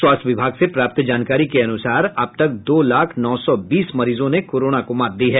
स्वास्थ्य विभाग से प्राप्त जानकारी के अनुसार अब तक दो लाख नौ सौ बीस मरीजों ने कोरोना को मात दी है